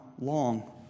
long